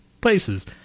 places